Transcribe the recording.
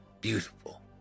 beautiful